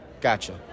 Gotcha